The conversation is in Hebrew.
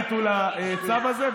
ביטול הצו הזה.